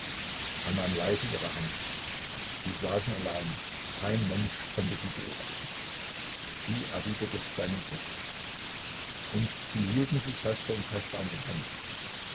er nahm leise ihre hand sie saßen allein kein mensch konnte sie beobachten sie erwiderte seinen druck und sie hielten sich fester und fester an den händen